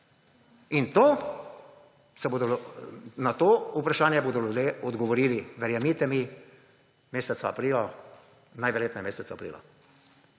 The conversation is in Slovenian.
Na to vprašanje bodo ljudje odgovorili verjemite mi meseca aprila, najverjetneje meseca aprila.